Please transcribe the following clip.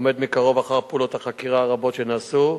עומד מקרוב על פעולות החקירה הרבות שנעשו,